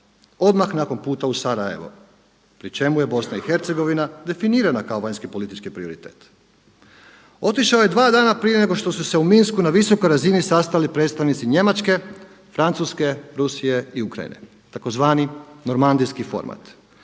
odmah nakon puta u Sarajevo pri čemu je BIH definirana kao vanjski politički prioritet. Otišao je dva dana prije nego što su se u Minsku na visokoj razini sastali predstavnici Njemačke, Francuske, Rusije i Ukrajine tzv. normandijski format.